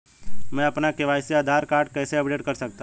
मैं अपना e KYC Aadhaar card कैसे अपडेट कर सकता हूँ?